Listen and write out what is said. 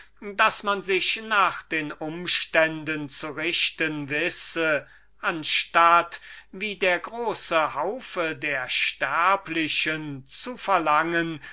daß wir uns nach den umständen richten anstatt wie der große haufe der sterblichen zu verlangen